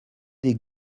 des